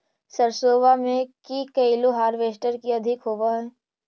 सरसोबा मे की कैलो हारबेसटर की अधिक होब है?